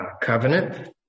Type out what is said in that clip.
covenant